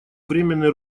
временные